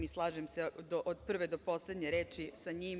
I slažem se od prve do poslednje reči sa njim.